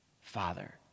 Father